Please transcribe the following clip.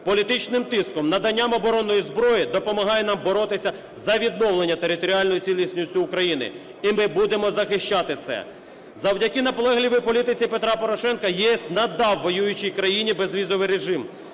політичним тиском, наданням оборонної зброї допомагає нам боротися за відновлення територіальної цілісності України. І ми будемо захищати це. Завдяки наполегливій політиці Петра Порошенка ЄС надав воюючій країні безвізовий режим.